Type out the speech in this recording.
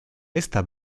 esta